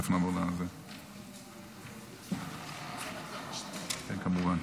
סעיפים 1 2 נתקבלו.